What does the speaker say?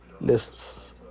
lists